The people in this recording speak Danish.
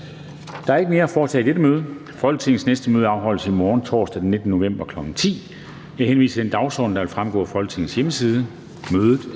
Der er ikke mere at foretage i dette møde. Folketingets næste møde afholdes i morgen, torsdag den 19. november 2020, kl. 10.00. Jeg henviser til den dagsorden, der vil fremgå af Folketingets hjemmeside